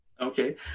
Okay